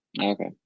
Okay